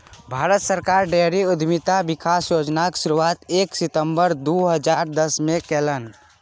भारत सरकार डेयरी उद्यमिता विकास योजनाक शुरुआत एक सितंबर दू हजार दसमे केलनि